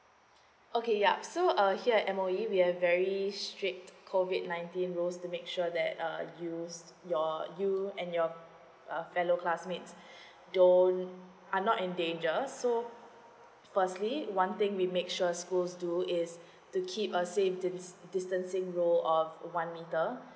okay ya so uh here at M_O_E we have very strict COVID nineteen rules to make sure that uh you s~ your and your uh fellow classmates don't are not in danger so firstly one thing we make sure schools do is to keep a safe dis~ distancing rule of one meter